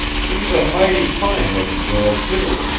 she's a mighty fine-lookin' girl, too.